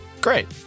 great